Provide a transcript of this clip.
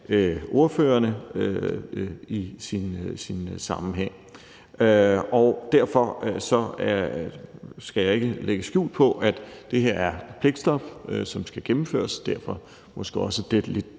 ordførerne i sin sammenhæng. Derfor skal jeg ikke lægge skjul på, at det her er pligtstof, som skal gennemføres, og derfor er der måske også dette lidt